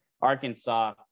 Arkansas